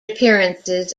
appearances